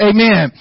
Amen